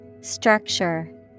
Structure